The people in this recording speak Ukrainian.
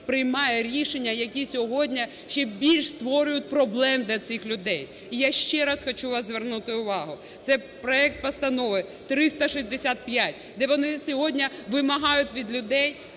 приймає рішення, які сьогодні ще більш створюють проблем для цих людей. І я ще раз хочу вас звернути увагу, це проект Постанови 365 де вони сьогодні вимагають від людей